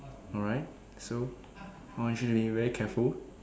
alright so I want you to be very careful